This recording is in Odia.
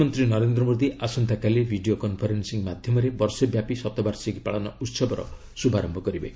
ପ୍ରଧାନମନ୍ତ୍ରୀ ନରେନ୍ଦ୍ର ମୋଦୀ ଆସନ୍ତାକାଲି ଭିଡ଼ିଓ କନ୍ଫରେନ୍ନିଂ ମାଧ୍ୟମରେ ବର୍ଷେ ବ୍ୟାପି ଶତବାର୍ଷିକୀ ପାଳନ ଉତ୍ସବର ଶୁଭାରମ୍ଭ କରିବେ